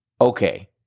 Okay